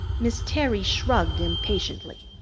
miss terry shrugged impatiently.